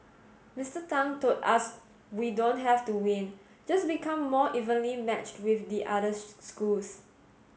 Mister Tang told us we don't have to win just become more evenly matched with the other schools